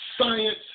science